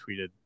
tweeted